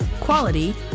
quality